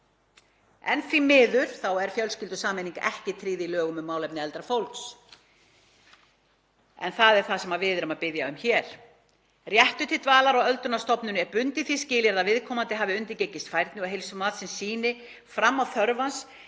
en því miður er fjölskyldusameining ekki tryggð í lögum um málefni eldra fólks en það er það sem við erum að biðja um hér. Réttur til dvalar á öldrunarstofnun er bundinn því skilyrði að viðkomandi hafi undirgengist færni- og heilsumat sem sýni fram á þörf hans